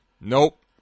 Nope